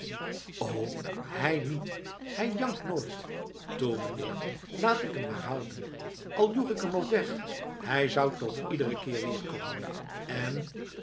o hij niet hij jankt nooit toe meneer laat k hem maar houden al joeg ik hem ook weg hij zou toch iederen keer weeromkomen en